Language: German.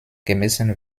gemessen